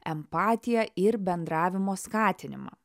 empatiją ir bendravimo skatinimą